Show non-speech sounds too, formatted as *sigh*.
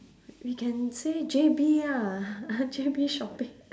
we can say J_B ah *laughs* J_B shopping